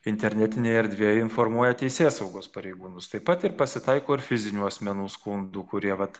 internetinėj erdvėj informuoja teisėsaugos pareigūnus taip pat ir pasitaiko ir fizinių asmenų skundų kurie vat